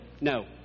No